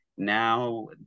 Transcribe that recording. Now